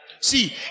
See